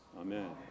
Amen